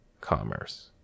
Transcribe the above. commerce